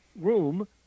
room